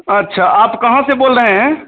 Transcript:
अच्छा आप कहाँ से बोल रहे हैं